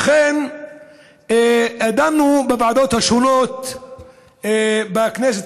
לכן דנו היום בכנסת